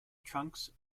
trunks